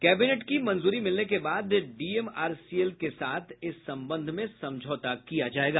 cabinet की मंजूरी मिलने के बाद डीएमआरसीएल के साथ इस संबंध में समझौता किया जायेगा